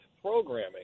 programming